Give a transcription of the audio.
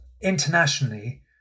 internationally